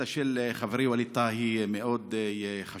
השאילתה של חברי ווליד טאהא היא מאוד חשובה.